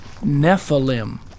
nephilim